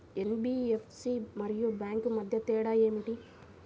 NBFC మరియు bank మధ్య తేడా ఏమిటీ?